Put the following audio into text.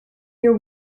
you